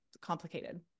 complicated